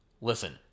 listen